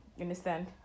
understand